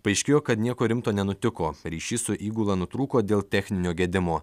paaiškėjo kad nieko rimto nenutiko ryšys su įgula nutrūko dėl techninio gedimo